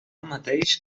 mateix